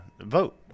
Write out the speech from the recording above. vote